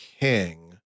king